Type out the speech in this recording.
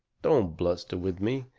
don't bluster with me.